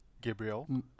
gabriel